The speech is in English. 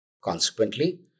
Consequently